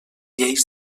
lleis